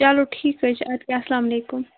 چلو ٹھیٖک حظ چھُ اَدٕ کیٛاہ السلامُ علیکُم